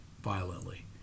violently